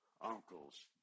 uncles